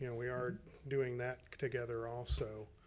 you know we are doing that together also,